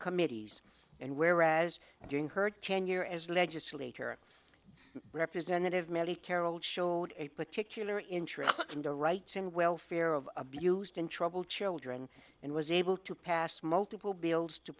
committees and whereas during her tenure as a legislator representative millie carroll showed a particular interest to rights and welfare of abused in trouble children and was able to pass multiple bills to